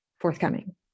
forthcoming